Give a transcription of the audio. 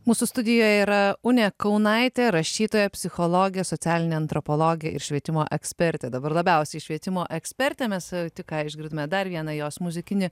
mūsų studijoje yra unė kaunaitė rašytoja psichologė socialinė antropologė ir švietimo ekspertė dabar labiausiai švietimo ekspertė mes tik ką išgirdome dar vieną jos muzikinį